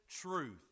truth